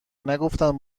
نگفتم